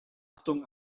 achtung